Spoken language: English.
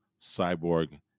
Cyborg